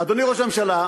אדוני ראש הממשלה,